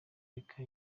amateka